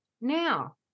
now